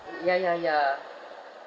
ya ya ya